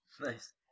Nice